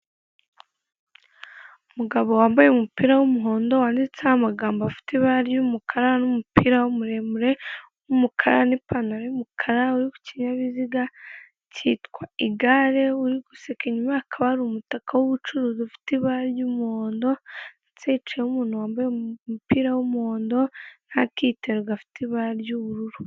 Umugabo wambaye umupira w'umuhondo wanditseho amagambo afite ibara ry'umukara n'umupira muremure w'umukara n'ipantaro y'umukara uri kukinyabiziga cyitwa igare uri guseka inyuma inyuma hakaba hari umutaka w'ubucuruzi ufite ibara ry'umuhondo ndetse hicayemo umuntu wambaye umupira w'umuhondo n'akitero gafite ibara ry'ubururu.